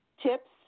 TIPS